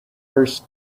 first